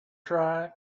try